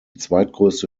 zweitgrößte